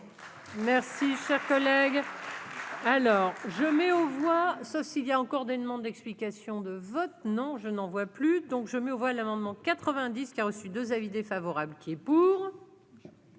Merci, cher collègue, alors je mets aux voix. Sauf s'il y a encore des demandes d'explications de vote non, je n'en vois plus donc je mets aux voix l'amendement 90 qui a reçu 2 avis défavorables qui est pour.